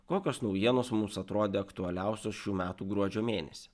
kokios naujienos mums atrodė aktualiausios šių metų gruodžio mėnesį